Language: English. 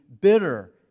bitter